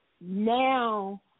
now